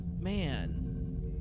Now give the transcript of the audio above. Man